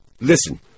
Listen